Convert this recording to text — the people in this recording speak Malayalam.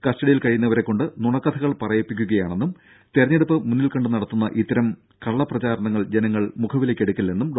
കസ്റ്റഡിയിൽ കഴിയുന്നവരെക്കൊണ്ട് നുണക്കഥകൾ പറയിപ്പിക്കുക യാണെന്നും തെരഞ്ഞെടുപ്പ് മുന്നിൽ കണ്ട് നടത്തുന്ന ഇത്തരം കള്ളപ്രചാരണങ്ങൾ ജനങ്ങൾ മുഖവിലയ്ക്ക് എടുക്കില്ലെന്നും ഡോ